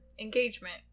engagement